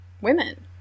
women